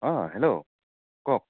অ hello কওক